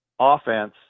offense